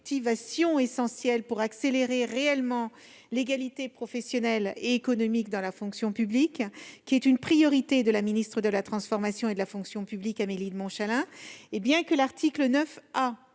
essentiel pour accélérer réellement l'égalité professionnelle et économique dans la fonction publique, qui constitue l'une des priorités de la ministre de la transformation et de la fonction publiques, Amélie de Montchalin. Bien que l'article 9